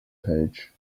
page